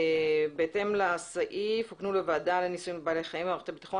'בהתאם לסעיף הוקנו לוועדה לניסויים בבעלי חיים במערכת הביטחון